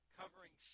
covering